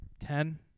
Ten